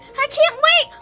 i can't wait!